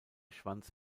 schwanz